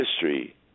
history